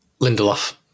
Lindelof